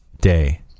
day